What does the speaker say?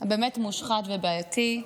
הבאמת-מושחת ובעייתי,